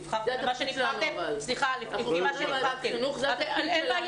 נבחרתם --- חינוך זה התפקיד שלנו,